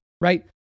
right